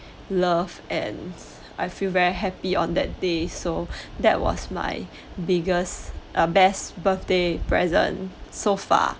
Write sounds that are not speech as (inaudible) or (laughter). loved and I feel very happy on that day so (breath) that was my (breath) biggest uh best birthday present so far (breath)